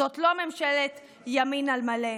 זו לא ממשלת ימין על מלא,